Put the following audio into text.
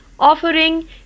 offering